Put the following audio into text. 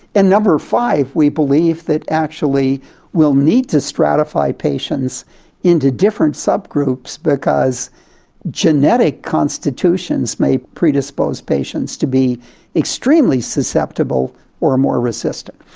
and number five, we believe that actually we'll need to stratify patients into different subgroups, because genetic constitutions may predispose patients to be extremely susceptible or more resistant.